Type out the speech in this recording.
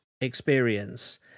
experience